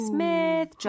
Smith